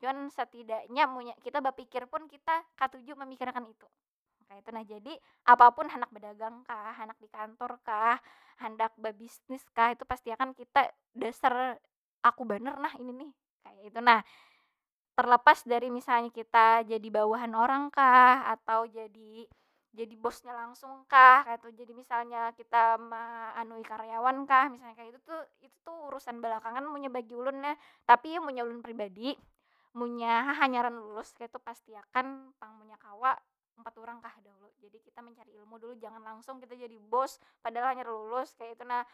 Cuman satidaknya munnya, kita bapikir pun kita katuju mamikir akan itu, kaytu nah. Jadi apapun, handak bedagang kah, handak di kantor kah, handak babisnis kah, itu pasti akan kita dasar aku banar nah ini nih. Kaytu nah. Terlepas dari misalnya kita jadi bawahan orang kah, atau jadi- jadi bosnya langsung kah, kaytu. Jadi misalnya kita maanui karyawan kah, misalnya kaytu tu itu urusan belakangan munnya bagi ulun nah. Tapi, munnya ulun pribadi, munnya hahanyaran lulus kaytu. Pasti akan pang, munnya kawa umpat urang kah dahulu. Jadi kita mencari ilmu dulu jangan langsung kita jadi bos padahal hanyar lulus, kaytu nah.